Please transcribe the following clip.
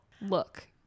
look